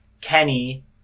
Kenny